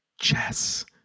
Chess